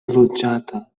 loĝata